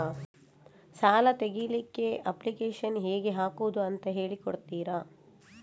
ಸಾಲ ತೆಗಿಲಿಕ್ಕೆ ಅಪ್ಲಿಕೇಶನ್ ಹೇಗೆ ಹಾಕುದು ಅಂತ ಹೇಳಿಕೊಡ್ತೀರಾ?